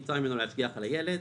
נבצר ממנו להשגיח על הילד,